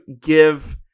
give